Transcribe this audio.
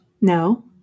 No